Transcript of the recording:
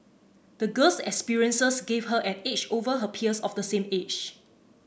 the girl's experiences gave her an edge over her peers of the same age